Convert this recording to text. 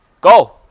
Go